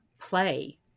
play